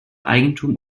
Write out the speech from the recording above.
eigentum